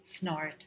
snort